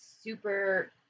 super